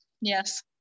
yes